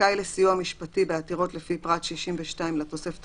זכאי לסיוע משפטי בעתירות לפי פרט 62 לתוספת